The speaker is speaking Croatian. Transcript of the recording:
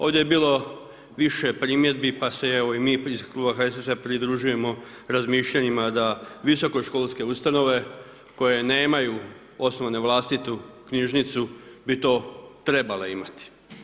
Ovdje je bilo više primjedbi, pa se, evo i mi iz kluba HSS-a pridružujemo razmišljanjima da visokoškolske ustanove koje nemaju osnove vlastitu knjižnicu bi to trebale imati.